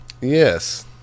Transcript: Yes